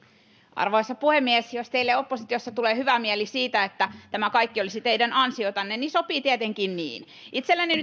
arvoisa puhemies jos teille oppositiossa tulee hyvä mieli siitä että tämä kaikki olisi teidän ansiotanne niin sopii tietenkin niin itselleni